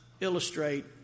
illustrate